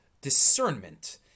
discernment